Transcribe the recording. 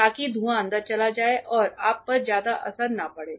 ताकि धुंआ अंदर चले जाए और आप पर ज्यादा असर न पड़े